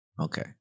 Okay